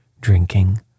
drinking